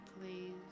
please